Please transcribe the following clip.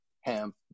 hemp